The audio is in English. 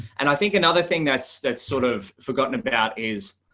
and i think another thing that's that's sort of forgotten about is